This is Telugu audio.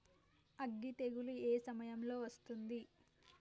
అగ్గి తెగులు ఏ సమయం లో వస్తుంది?